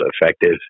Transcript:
effective